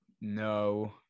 no